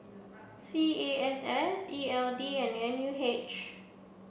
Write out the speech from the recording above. C A S S E L D and N U H